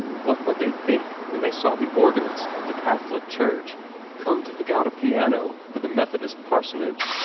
what would they think when they saw the organist of the catholic church come to pick out a piano for the methodist parsonage?